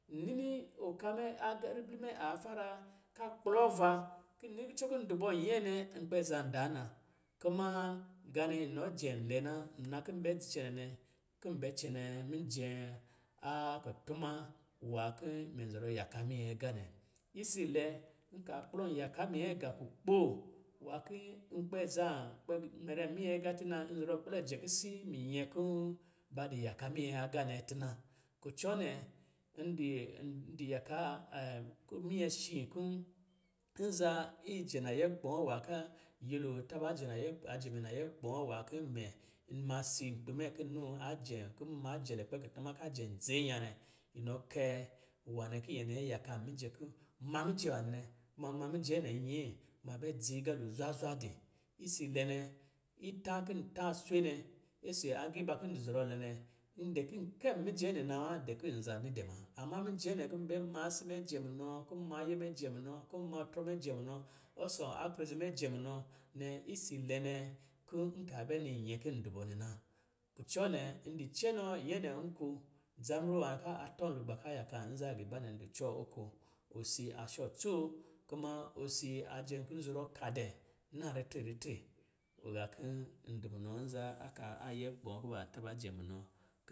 N nini ɔka mɛ, agribli mɛ afara ka kplɔɔva, ki ni kucɔ kɔ̄ dɔ bɔ nyɛɛ nɛ nkpɛ zan da na kuma, gaanɛ inɔ jɛm lɛ na, nna dzi cɛnɛ nɛ kɔ̄ bɛ cɛnɛ mijɛ aa kutuma nwā kɔ̄ mɛ zɔrɔ yaka minyɛ agā nɛ. Isa lɛ, nka kplɔ yakaa minyɛɛgā kukpo nwā ki nkpɛ zan, nkpɛ mɛrɛ minyɛ agā tina, nzɔrɔ kpɛlɛ jɛ kisi minyɛ kɔ̄ ba di yaka minyɛ agā nɛ tina. Kucɔ̄ nɛ, ndi ndi yaka minyɛ shi kɔ̄, ki zan ijɛnayɛkpɔ̄ɔ̄ nw ka nyɛlo a taba jɛnayɛ ajɛ mɛ nayɛkpɔ̄ɔ̄ taba jɛnayɛ ajɛ mɛ nayɛkpɔ̄ɔ̄ nw ki mɛ nma si mɛ ki noo a jɛ̄m kɔ̄ nma jɛ lukpɛ kutuma ka jɛm dziinya nɛ, inɔ kɛ nwanɛ ki nye nɛ yaka mijɛ kɔ̄, maa mijɛ nwanɛ, kuma nma nyɛ nɛ nyɛɛ, kuma a bɛ dzi agalo zwa zwa din. Isa lɛ nɛ, ita kɔ̄ ta swe nɛ, isi agiiba kɔ̄ dɔ zɔrɔ lɛ nɛ, ndi kɔ̄ kɛ mijɛ nɛ na wa, dɛ ki nza ni dɛ ma. Amma mijɛ nɛ kɔ̄ bɛ maa asi mɛ jɛ munɔ, kɔ̄ maa ayɛ mɛ jɛ munɔ, kɔ̄ ma trɔ mɛ jɛ munɔ, ɔsɔ̄ aklɔdzi mɛ jɛ munɔ, nnɛ isa lɛ nɛ, kɔ̄ nka bɛ li nyɛ kɔ̄ dɔ bɔ na. Kucɔ nɛ, n di cɛ nɔɔ nyɛ nɛ nko, dzamru nwā ka a tɔlugba ka yaka nzangiiba nɛ, n di cɔɔ oko. Osi a shɔ coo, kuma osi a jɛ kɔ̄ zɔrɔ ka dɛ nan ritre ritre. Gā kɔ̄ n di munɔ nza aka ayɛ kpɔ̄ɔ̄ kuba taba jɛm munɔ